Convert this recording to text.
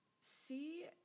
see